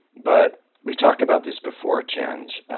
but we talked about this before chenj,